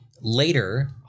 later